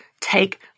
take